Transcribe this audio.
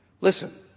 Listen